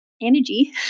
energy